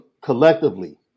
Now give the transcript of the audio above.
collectively